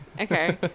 Okay